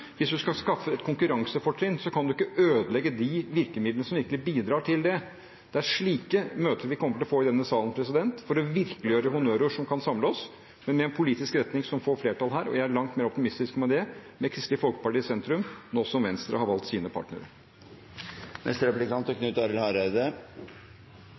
Hvis man skal skaffe et konkurransefortrinn, kan man ikke ødelegge de virkemidlene som virkelig bidrar til det. Slike møter kommer vi til å få i denne salen for å virkeliggjøre honnørord som kan samle oss, men i en politisk retning som får flertall her. Jeg er langt mer optimistisk med hensyn til det med Kristelig Folkeparti i sentrum, nå som Venstre har valgt sine partnere.